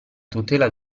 tutela